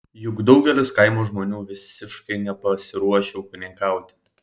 juk daugelis kaimo žmonių visiškai nepasiruošę ūkininkauti